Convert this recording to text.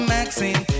Maxine